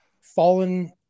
fallen